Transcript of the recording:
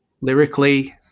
lyrically